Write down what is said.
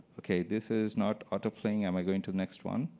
okay. this is not auto playing. am i going to the next one?